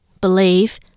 believe